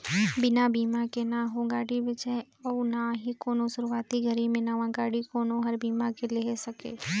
बिना बिमा के न हो गाड़ी बेचाय अउ ना ही कोनो सुरूवाती घरी मे नवा गाडी कोनो हर बीमा के लेहे सके